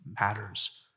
matters